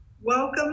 Welcome